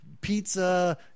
pizza